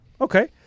Okay